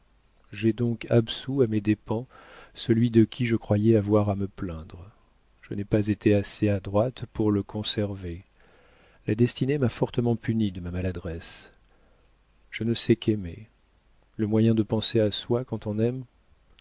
j'ai donc absous à mes dépens celui de qui je croyais avoir à me plaindre je n'ai pas été assez adroite pour le conserver la destinée m'a fortement punie de ma maladresse je ne sais qu'aimer le moyen de penser à soi quand on aime